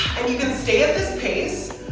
and you can stay at this pace,